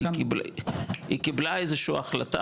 היא קיבלה איזושהי החלטה,